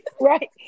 Right